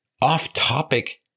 off-topic